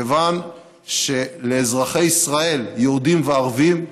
כיוון שלאזרחי ישראל יהודים וערבים,